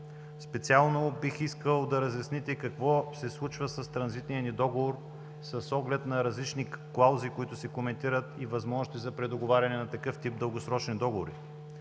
Специално бих искал да разясните какво се случва с транзитния ни договор с оглед на различни клаузи, които се коментират и възможности за предоговаряне на такъв тип дългосрочни договори?